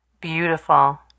Beautiful